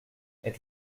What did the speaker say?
êtes